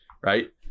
right